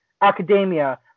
academia